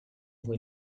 when